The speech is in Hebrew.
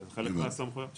זה חלק מהסמכויות שלנו.